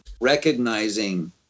recognizing